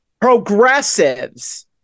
Progressives